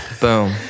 Boom